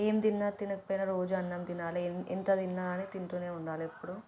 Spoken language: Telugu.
ఏం తిన్నా తినకపోయినా రోజు అన్నం తినాలి ఎంత తిన్నా గానీ తింటూనే ఉండాలి ఎప్పుడూ